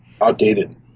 outdated